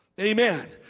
Amen